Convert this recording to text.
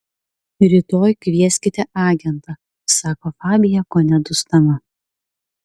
rytoj kvieskite agentą sako fabija kone dusdama